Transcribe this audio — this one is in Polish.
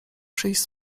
przyjść